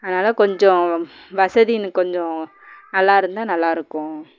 அதனால் கொஞ்சம் வசதி இன்னும் கொஞ்சம் நல்லா இருந்தால் நல்லா இருக்கும்